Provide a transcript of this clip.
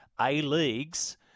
A-Leagues